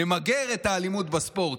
נמגר את האלימות בספורט.